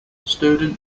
student